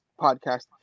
podcast